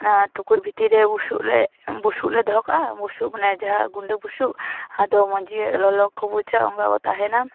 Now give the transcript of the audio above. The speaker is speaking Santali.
ᱚᱱᱟ ᱴᱩᱠᱩᱡ ᱵᱷᱤᱛᱤᱨ ᱨᱮ ᱵᱩᱥᱩᱵ ᱞᱮ ᱵᱩᱥᱩᱵ ᱞᱮ ᱫᱚᱦᱚ ᱠᱟᱜᱼᱟ ᱵᱩᱥᱩᱵ ᱢᱟᱱᱮ ᱡᱟᱦᱟᱸ ᱜᱩᱰᱟᱹ ᱵᱩᱥᱩᱵᱟᱫᱚ ᱢᱚᱡᱽ ᱜᱮ ᱞᱚᱞᱚ ᱜᱮᱠᱚ ᱵᱩᱡᱟ ᱚᱱᱠᱟ ᱠᱚ ᱛᱟᱦᱮᱱᱟ